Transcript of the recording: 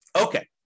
Okay